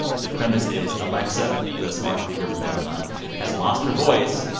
the premise is alexa the smart speaker from amazon has lost her voice,